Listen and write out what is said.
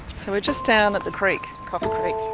so we're just down at the creek, coffs creek.